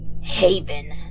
Haven